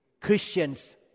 Christians